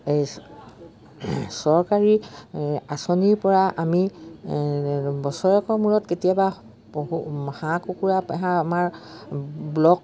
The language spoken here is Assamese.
এই চৰকাৰী এই আঁচনিৰপৰা আমি বছৰেকৰ মূৰত কেতিয়াবা পশু হাঁহ কুকুৰা হাঁহ আমাৰ ব্লক